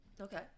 Okay